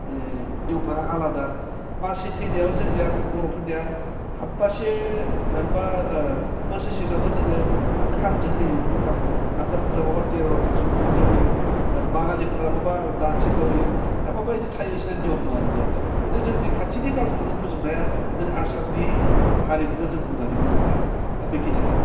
एह नियमफोरा आलादा मानसि थैनायाव जोंनिया बर'फोरनिया हाबथासे जेनेबा बोसोरसे नङाबा जोङो खारजो होयो गोखा मोनो हारसाफोरना मा थेर' दिन सुइद' दिनाव होयो आरो बाङालिफोरा माबा दानसेनि उनाव होयो माबा बिदि थायो बिसिना नियम दं आनजा आनजा गथिखे जोंनि खाथिनि काल्सारखौ जों फोजोबनो हाया जों आसामनि हारिमुखौ जों बुंनानै फोजोबनो हाया दा बेखिनियाानो